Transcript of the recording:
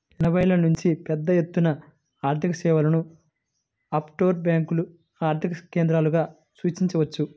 ఎనభైల నుంచే పెద్దఎత్తున ఆర్థికసేవలను ఆఫ్షోర్ బ్యేంకులు ఆర్థిక కేంద్రాలుగా సూచించవచ్చు